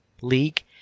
league